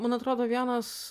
man atrodo vienas